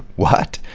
what?